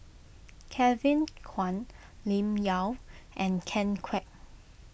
Kevin Kwan Lim Yau and Ken Kwek